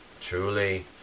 Truly